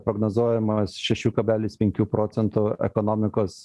prognozuojamas šešių kablelis penkių procentų ekonomikos